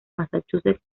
massachusetts